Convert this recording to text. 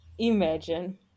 Imagine